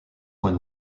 when